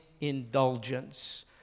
indulgence